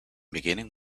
beginning